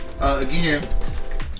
Again